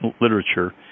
literature